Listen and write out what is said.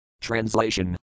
Translation